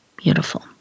Beautiful